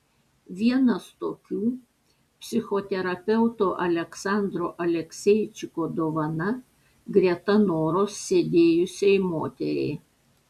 vienas tokių psichoterapeuto aleksandro alekseičiko dovana greta noros sėdėjusiai moteriai